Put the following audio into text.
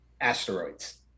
Asteroids